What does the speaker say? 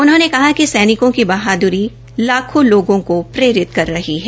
उन्होंने कहा कि सैनिकों की बहादुरी लाखों लोगों को प्रेरित कर रह है